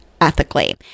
ethically